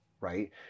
right